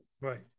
Right